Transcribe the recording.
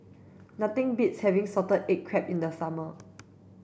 nothing beats having salted egg crab in the summer